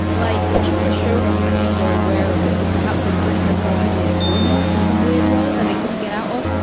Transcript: like even the show runners, i think, were aware of it, but perhaps had written themselves into a corner in some weird way that they couldn't get out of.